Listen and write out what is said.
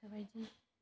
बेफोरबायदि